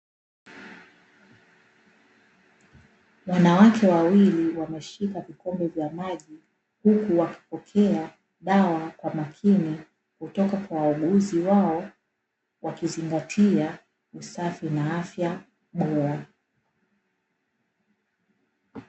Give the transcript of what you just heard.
Wanawake wawili wameshika vikombe vya maji, huku wakipokea dawa kwa makini kutoka kwa wauguzi wao wakizingatia usafi na afya bora.